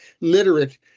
literate